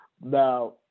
Now